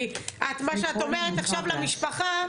מה שאת אומרת עכשיו למשפחה,